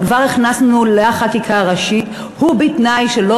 וכבר הכנסנו לחקיקה הראשית: ובתנאי שלא